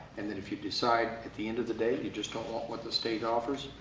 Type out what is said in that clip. and then if you decide, at the end of the day, you just don't want what the state offers,